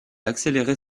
accélérer